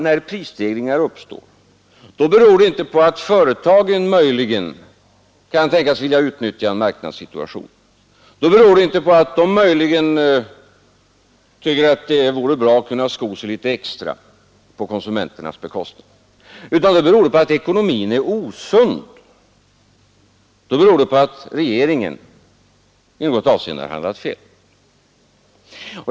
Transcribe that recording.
När prisstegringar uppstår beror detta, anser man tydligen, inte på att företagen möjligen kan tänkas vilja utnyttja en marknadssituation för att kunna sko sig litet extra på konsumenternas bekostnad. Det beror i stället på att ekonomin är osund eller att regeringen i något avseende handlat fel, säger man.